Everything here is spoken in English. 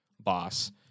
boss